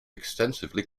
extensively